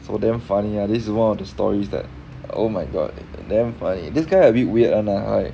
so damn funny ah this is one of the stories that oh my god damn funny this guy a bit weird [one] lah like